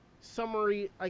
summary